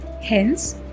Hence